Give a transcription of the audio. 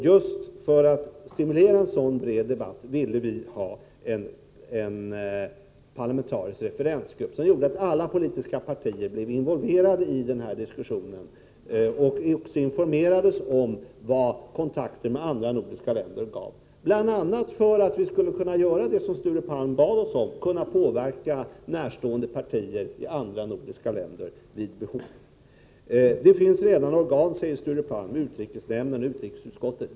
Just för att stimulera en sådan bred debatt ville vi ha en parlamentarisk referensgrupp, så att alla politiska partier involverades i diskussionen och informerades om vad kontakterna med andra nordiska länder ger. Detta bl.a. för att vi skulle kunna göra det som Sture Palm bad oss om, nämligen att vid behov påverka närstående partier i andra nordiska länder. Det finns redan organ för detta, säger Sture Palm, utrikesnämnden och utrikesutskottet.